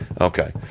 Okay